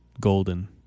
Golden